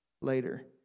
later